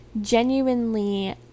genuinely